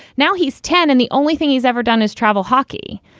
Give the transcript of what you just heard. now he's ten and the only thing he's ever done is travel hockey.